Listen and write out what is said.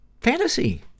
fantasy